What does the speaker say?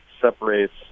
separates